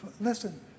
Listen